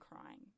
crying